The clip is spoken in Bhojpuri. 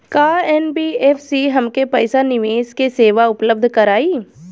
का एन.बी.एफ.सी हमके पईसा निवेश के सेवा उपलब्ध कराई?